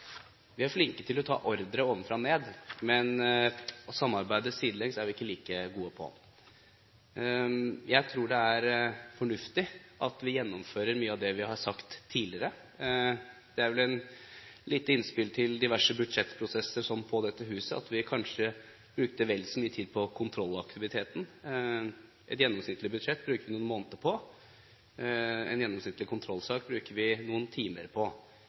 Vi er flinke til å ta ordre ovenfra og ned, men å samarbeide sidelengs er vi ikke like gode til. Jeg tror det er fornuftig at vi gjennomfører mye av det vi har sagt tidligere. Det er vel et lite innspill til diverse budsjettprosesser i dette huset, at vi kanskje kunne bruke like mye tid på kontrollaktiviteten. Et gjennomsnittlig budsjett bruker vi noen måneder på. En gjennomsnittlig kontrollsak bruker vi noen timer på.